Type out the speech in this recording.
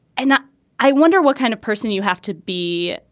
and i wonder what kind of person you have to be.